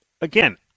Again